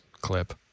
clip